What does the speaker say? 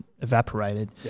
evaporated